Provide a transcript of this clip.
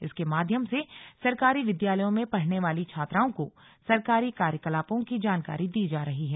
इसके माध्यम से सरकारी विद्यालयों में पढ़ने वाली छात्राओं को सरकारी कार्यकलापों की जानकारी दी जा रही है